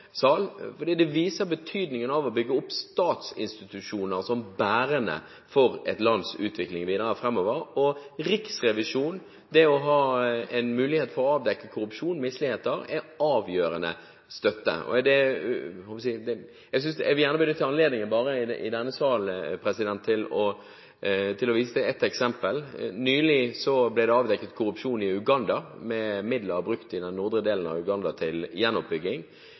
sal, for det viser betydningen av å bygge opp statsinstitusjoner som bærende for et lands utvikling videre framover, og Riksrevisjonen – det å ha en mulighet for å avdekke korrupsjon og misligheter – er avgjørende støtte. Jeg vil gjerne benytte anledningen i denne salen til å vise til et eksempel. Nylig ble det avdekket korrupsjon med midler brukt til gjenoppbygging i den nordlige delen av Uganda.